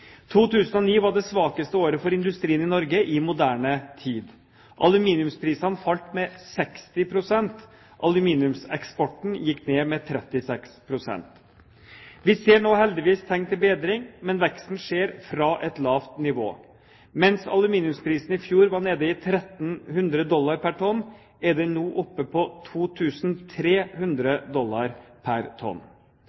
2009 var det svakeste året for industrien i Norge i moderne tid. Aluminiumsprisene falt med 60 pst. Aluminiumseksporten gikk ned med 36 pst. Vi ser nå heldigvis tegn til bedring, men veksten skjer fra et lavt nivå. Mens aluminiumsprisen i fjor var nede i 1 300 dollar pr. tonn, er den nå oppe